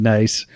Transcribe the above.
Nice